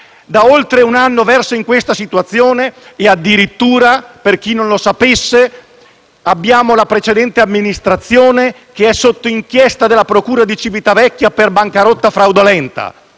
da oltre un anno in questa situazione. Addirittura, per chi non lo sapesse, la precedente amministrazione è sotto inchiesta presso la procura di Civitavecchia per bancarotta fraudolenta.